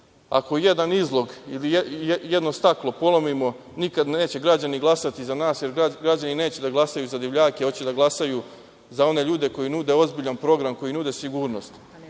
ako jedan izlog ili jedno staklo polomimo nikada neće građani glasati za nas, jer građani neće da glasaju za divljake, hoće da glasaju za one ljude koji nude ozbiljan program, koji nude sigurnost. Upravo